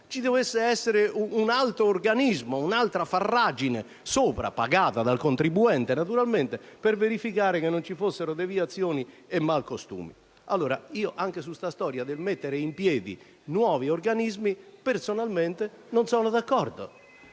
ci dovesse essere un altro organismo, un'altra farragine sopra, pagata naturalmente dal contribuente, per verificare che non ci fossero deviazioni e malcostumi. Allora, anche su questa storia del mettere in piedi nuovi organismi personalmente non sono d'accordo,